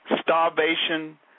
starvation